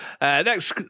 Next